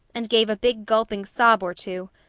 and gave a big gulping sob or two.